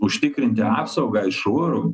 užtikrinti apsaugą iš oro